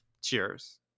Cheers